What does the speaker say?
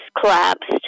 collapsed